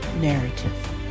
narrative